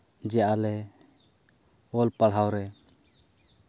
ᱡᱮ ᱟᱞᱮ ᱚᱞ ᱯᱟᱲᱦᱟᱣ ᱨᱮ